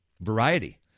variety